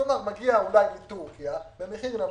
כלומר מגיע אולי מטורקיה במחיר נמוך,